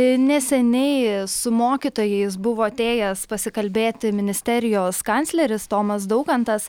neseniai su mokytojais buvo atėjęs pasikalbėti ministerijos kancleris tomas daukantas